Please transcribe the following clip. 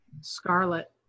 Scarlet